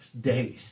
days